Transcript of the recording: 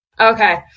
Okay